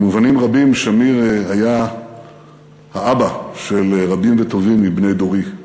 במובנים רבים שמיר היה האבא של רבים וטובים מבני דורי.